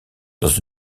dans